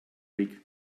week